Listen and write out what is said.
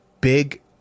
big